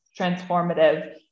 transformative